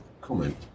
Comment